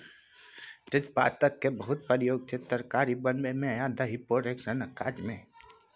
तेजपात केर बहुत प्रयोग छै तरकारी बनाबै मे आ दही पोरय सनक काज मे